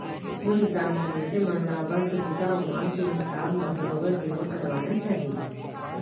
मोर हिसाब म मनसे मन ल अपन सुभीता अउ मांग के हिसाब म बरोबर बीमा करवाना चाही